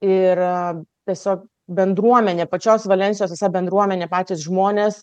ir tiesiog bendruomenė pačios valensijos visa bendruomenė patys žmonės